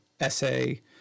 essay